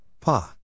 Pa